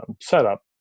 setup